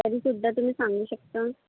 तरीसुद्धा तुम्ही सांगू शकता